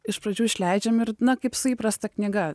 iš pradžių išleidžiam ir na kaip su įprasta knyga